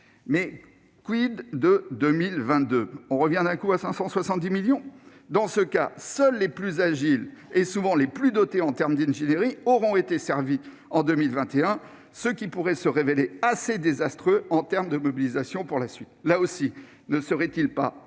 Mais de 2022 ? Reviendra-t-on d'un coup à 570 millions ? Dans ce cas, seuls les plus agiles et, souvent, les plus dotés en ingénierie auront été servis en 2021, ce qui pourrait se révéler assez désastreux en matière de mobilisation pour la suite. Là aussi, ne serait-il plus